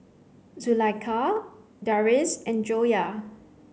Zulaikha Deris and Joyah